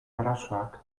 arazoak